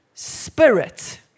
Spirit